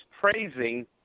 praising